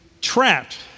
trapped